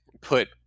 put